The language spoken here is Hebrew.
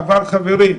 אבל, חברים,